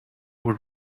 were